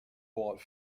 bought